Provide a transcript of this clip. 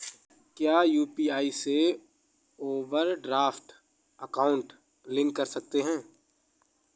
क्या यू.पी.आई से overdraft account link कर सकते हैं?